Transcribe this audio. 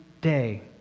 day